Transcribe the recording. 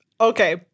okay